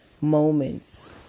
moments